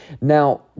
Now